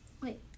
Wait